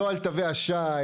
לא על תווי השי,